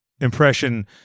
impression